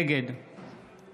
נגד